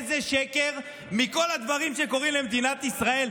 איזה שקר מכל הדברים שקורים למדינת ישראל?